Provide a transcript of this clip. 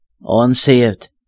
unsaved